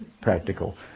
practical